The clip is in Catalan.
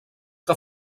que